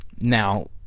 Now